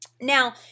Now